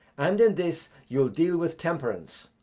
and in this you'll deal with temperance,